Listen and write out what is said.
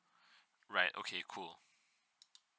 right okay cool